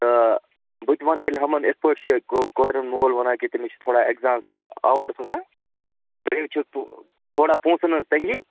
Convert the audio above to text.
تہٕ بہٕ تہِ وَنہٕ تیٚلہِ تِمن یِتھٕ پٲٹھۍ چھِ کورِ ہُنٛد مول وَنان کہِ تٔمِس چھُ تھوڑا ایٚکزام سۅ چھِ آوٕر تھوڑا بیٚیہِ چھَکھ تھوڑا پونٛسَن ہِنٛز تٔنٛگی